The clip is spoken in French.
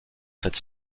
cette